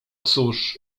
cóż